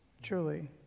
Truly